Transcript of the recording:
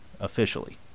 officially